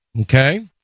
Okay